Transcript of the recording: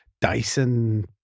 Dyson